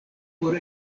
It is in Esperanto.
por